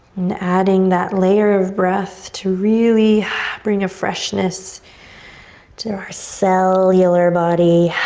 and adding that layer of breath to really bring a freshness to our cellular body.